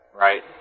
Right